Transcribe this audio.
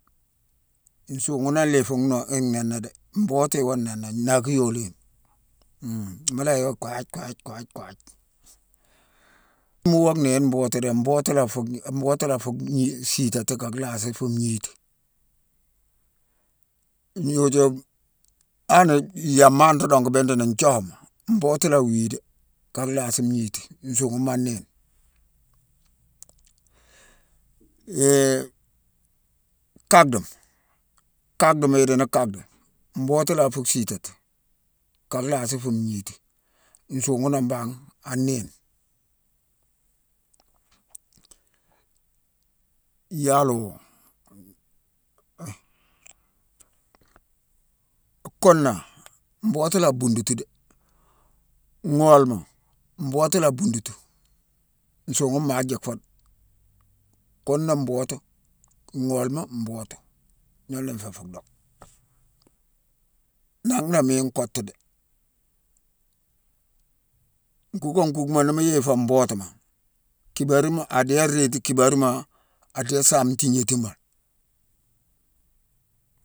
Nsuughune nanne i fu nhu-nhaningh dé, mbootu i woo nhaningh: nnaakiyoléma. Hum mu la yééwo. nhééyine mbootu dé. Mbootu la a fu-mbootu la a fu gni-sitati ka lhassi fu ngniti. Ngnoju-an yamma nruu dongu bindi ni: nthiowama mbootu la a wii dé ka lhasi ngnitima. Nsughuma a néyine. Héé kadema, kadema i di ni kadema, mbootu la a fu sitati ka lhasi fu ngniti, nsughune nann mbangh a néyine. Yalo, kunna, mbootu la a bundutu dé; ngholema, mbootu la a bundutu. Nsughune maa jick fo dé. Kunna, mbootu, gholema mbootu ghune nfé fu dock. Nanghnang miine nkottu dé. Nkuckakuma, ni mu yéfo mbootuma, kibarima-adéé réti kibarima, a dé saame ntignétima lé.